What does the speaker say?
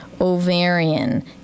ovarian